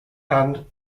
and